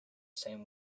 same